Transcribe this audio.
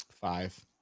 five